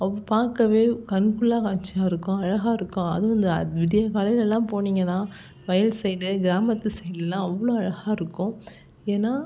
அவ் பார்க்கவே கண்கொள்ளாத காட்சியாக இருக்கும் அழகாக இருக்கும் அதுவும் இந்த விடியற் காலையிலெல்லாம் போனீங்கன்னால் வயல் சைடு கிராமத்து சைட்லெல்லாம் அவ்வளோ அழகாக இருக்கும் ஏனா